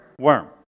worm